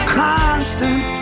constant